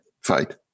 fight